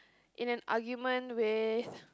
in an argument with